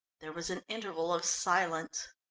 there was an interval of silence.